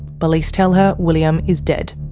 police tell her william is dead.